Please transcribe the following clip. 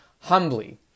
humbly